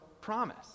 promise